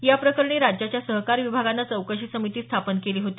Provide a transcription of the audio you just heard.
याप्रकरणी राज्याच्या सहकार विभागानं चौकशी समिती स्थापन केली होती